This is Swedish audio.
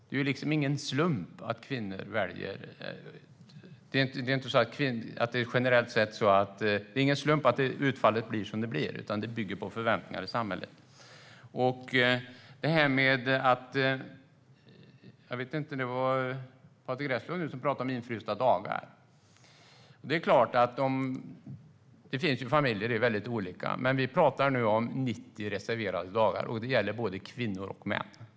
Det är ingen slump att utfallet blir som det blir, utan det bygger på förväntningar i samhället. Jag vet inte om det var Patrick Reslow som pratade om infrysta dagar. Det är klart att det är olika mellan olika familjer, men vi pratar nu om 90 reserverade dagar, och det gäller både kvinnor och män.